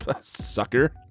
Sucker